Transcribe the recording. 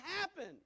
happen